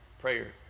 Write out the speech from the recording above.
Prayer